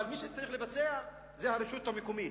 אבל מי שצריך לבצע זה הרשות המקומית,